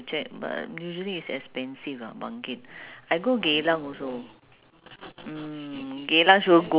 lontong kering is like nasi sambal goreng is just that they use ketupat or lontong right ah that one also can for me